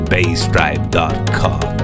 BassDrive.com